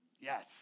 Yes